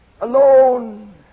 alone